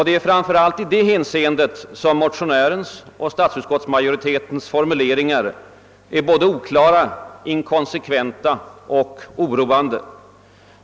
Det är framför allt i det hänseendet som motionärens och statsutskottsmajoritetens formuleringar är både oklara, inkonsekventa och oroande.